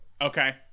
okay